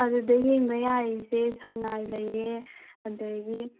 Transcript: ꯑꯗꯨꯗ ꯌꯦꯡꯕ ꯌꯥꯔꯤꯁꯦ ꯁꯉꯥꯏ ꯂꯩꯔꯦ ꯑꯗꯒꯤ